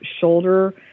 shoulder